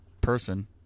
person